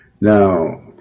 Now